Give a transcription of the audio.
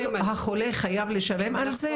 החולה חייב לשלם על זה?